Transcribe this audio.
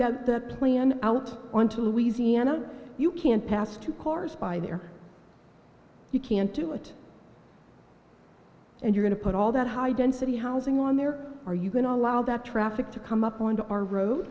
that the plan out on to louisiana you can't pass two cars by there you can't do it and you going to put all that high density housing on there are you going to allow that traffic to come up on to our road